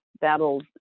That'll